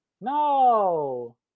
No